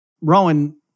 Rowan